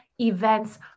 events